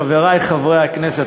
חברי חברי הכנסת,